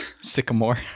Sycamore